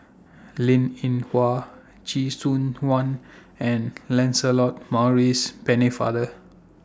Linn in Hua Chee Soon Juan and Lancelot Maurice Pennefather